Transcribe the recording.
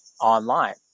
online